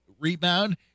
rebound